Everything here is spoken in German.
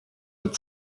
mit